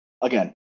Again